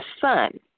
son